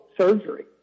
surgery